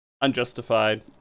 unjustified